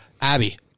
Abby